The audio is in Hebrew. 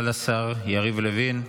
לשר יריב לוין.